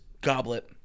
goblet